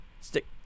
Stick